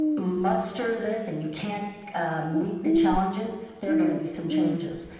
muster this, and you can't meet the challenges, there are gonna be some changes.